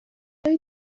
جای